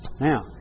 Now